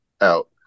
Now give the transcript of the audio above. out